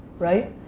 right?